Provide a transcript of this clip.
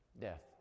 Death